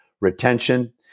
retention